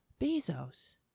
Bezos